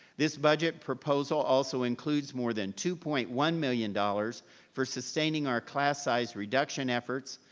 this budget proposal also includes more than two point one million dollars for sustaining our class size reduction efforts,